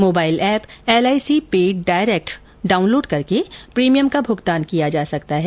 mobile app LIC पे direct download करके premium का भुगतान किया जा सकता है